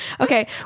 Okay